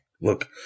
Look